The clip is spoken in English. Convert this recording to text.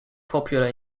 popular